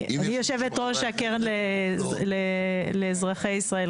אני יושבת-ראש הקרן לאזרחי ישראל,